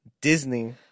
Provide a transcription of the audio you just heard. disney